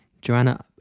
Joanna